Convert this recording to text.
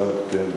כן,